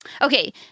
okay